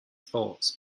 thoughts